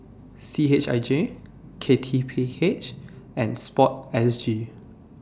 C H I J K T P H and Sport S G